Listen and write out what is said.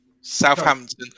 Southampton